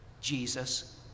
Jesus